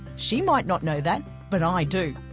she might not know that, but i do.